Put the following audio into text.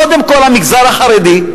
קודם כול, המגזר החרדי,